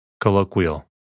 Colloquial